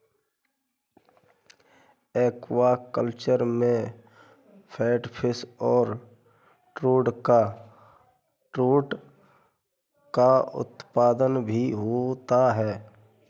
aquaculture में catfish और trout का उत्पादन भी होता है